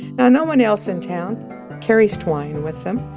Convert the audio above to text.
now, no one else in town carries twine with them,